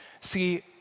See